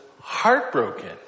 heartbroken